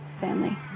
family